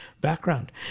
background